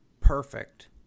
perfect